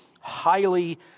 highly